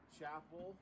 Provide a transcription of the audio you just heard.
chapel